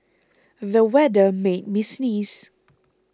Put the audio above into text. the weather made me sneeze